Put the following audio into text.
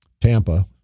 Tampa